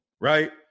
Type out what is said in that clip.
right